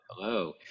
Hello